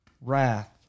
wrath